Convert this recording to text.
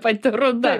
pati ruda